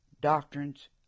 doctrines